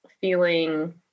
feeling